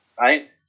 right